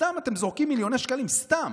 סתם אתם זורקים מיליוני שקלים, סתם,